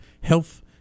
health